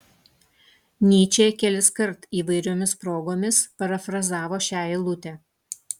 nyčė keliskart įvairiomis progomis parafrazavo šią eilutę